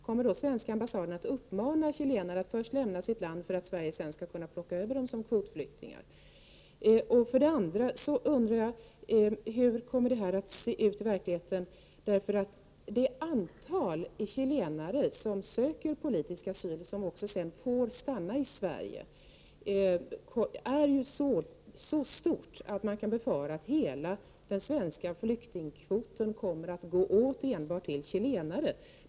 Kommer den svenska ambassaden att uppmana chilenare att först lämna sitt land för att Sverige sedan skall kunna plocka över dem som kvotflyktingar? Hur kommer det att se ut i verkligheten? Det antal chilenare som söker politisk asyl och som sedan får stanna i Sverige är ju så stort att man kan befara att hela den svenska flyktingkvoten kommer att gå åt enbart för chilenare.